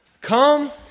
Come